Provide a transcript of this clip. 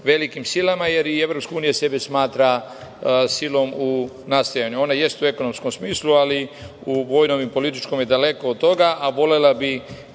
velikim silama, jer je Evropska unija sebe smatra silom u nastajanju. Ona jeste u ekonomskom smislu, ali u vojnom i političkom je daleko od toga, a volela bi